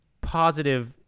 positive